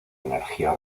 energía